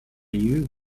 you